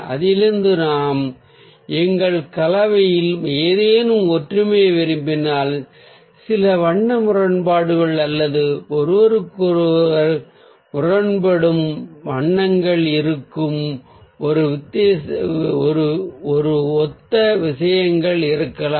அதிலிருந்து நாம் எங்கள் கலவையில் ஏதேனும் ஒத்திசைவின்மையை விரும்பினால் சில வண்ண முரண்பாடுகள் அல்லது ஒருவருக்கொருவர் முரண்படும் வண்ணங்கள் இருக்கும் போது ஒத்த விஷயங்கள் இருக்கலாம்